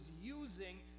using